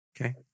Okay